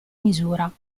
misura